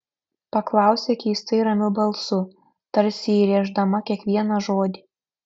paklausė keistai ramiu balsu tarsi įrėždama kiekvieną žodį